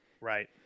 Right